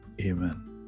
Amen